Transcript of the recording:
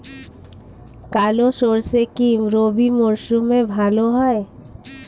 কালো সরষে কি রবি মরশুমে ভালো হয়?